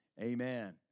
amen